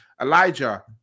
Elijah